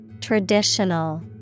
Traditional